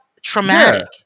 traumatic